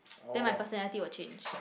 then my personality will change